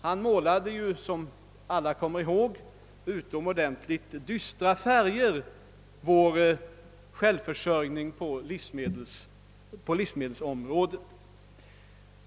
Som alla kommer ihåg målade han i utomordentligt dystra färger våra möjligheter till självförsörjning på livsmedelsområdet.